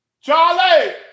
Charlie